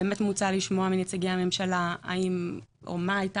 באמת מוצע לשמוע מנציגי הממשלה מה היתה